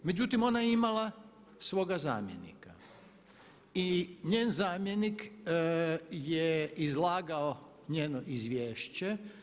Međutim, ona je imala svoga zamjenika i njen zamjenik je izlagao njeno izvješće.